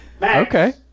okay